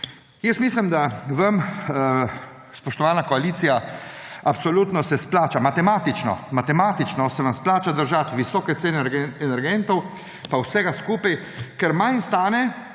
Jaz mislim, da se vam, spoštovana koalicija, absolutno izplača, matematično se vam izplača držati visoke cene energentov in vsega skupaj, ker manj stane,